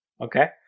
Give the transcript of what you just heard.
Okay